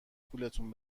گولتون